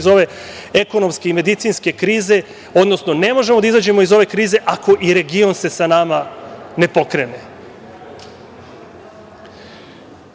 iz ove ekonomske i medicinske krize, odnosno ne možemo da izađemo iz ove krize ako se i region sa nama ne pokrene. Jako